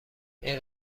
این